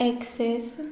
access